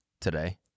today